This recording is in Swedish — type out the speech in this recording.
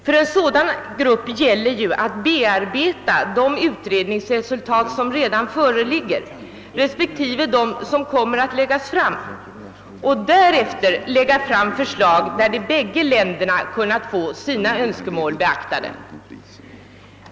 För en sådan grupp gäller ju att bearbeta de utredningsresultat som redan föreligger respektive de resultat som kommer att presenteras för att därefter lägga fram förslag enligt vilka båda länderna kan få sina önskemål beaktade.